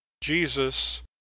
jesus